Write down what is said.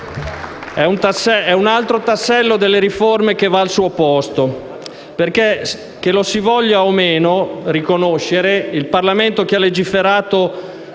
È un altro tassello delle riforme che va al suo posto, perché, che lo si voglia o no riconoscere, il Parlamento che ha legiferato